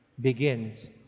begins